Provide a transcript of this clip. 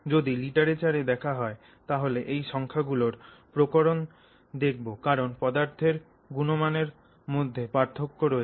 যদি লিটারেচার দেখা হয় তাহলে এই সংখ্যা গুলোর প্রকরণ দেখবো কারণ পদার্থের গুণমানের মধ্যে পার্থক্য রয়েছে